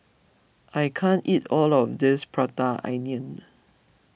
I can't eat all of this Prata Onion